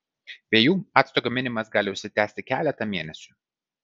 be jų acto gaminimas gali užsitęsti keletą mėnesių